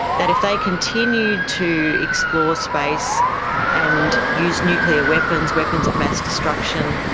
that if they continued to explore space and use nuclear weapons, weapons of mass destruction,